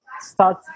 start